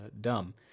dumb